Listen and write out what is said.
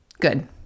Good